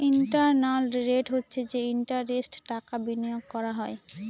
internal rate হচ্ছে যে ইন্টারেস্টে টাকা বিনিয়োগ করা হয়